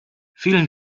vielen